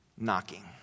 Knocking